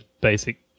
basic